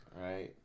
Right